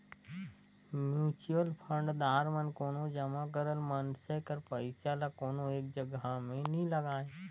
mutual fund दार मन कोनो जमा करल मइनसे कर पइसा ल कोनो एक जगहा में नी लगांए